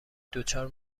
دچار